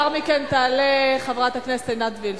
לאחר מכן תעלה חברת הכנסת עינת וילף.